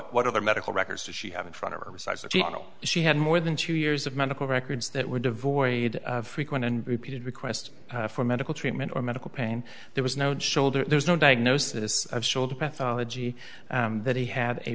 what other medical records that she had in front of her size the general she had more than two years of medical records that were devoid of frequent and repeated requests for medical treatment or medical pain there was no shoulder there's no diagnosis of shoulder pathology that he had a